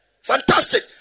fantastic